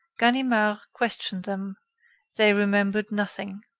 ganimard questioned them they remembered nothing.